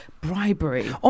Bribery